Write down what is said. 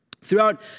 Throughout